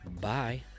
Bye